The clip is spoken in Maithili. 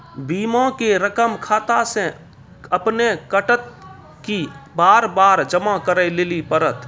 बीमा के रकम खाता से अपने कटत कि बार बार जमा करे लेली पड़त?